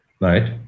right